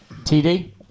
TD